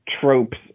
tropes